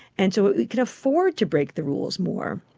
and so it can afford to break the rules more.